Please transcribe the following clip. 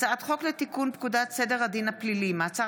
הצעת חוק לתיקון פקודת סדר הדין הפלילי (מעצר